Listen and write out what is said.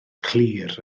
clir